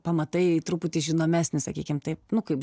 pamatai truputį žinomesnis sakykim taip nu kaip